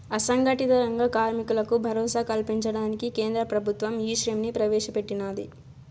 అసంగటిత రంగ కార్మికులకు భరోసా కల్పించడానికి కేంద్ర ప్రభుత్వం ఈశ్రమ్ ని ప్రవేశ పెట్టినాది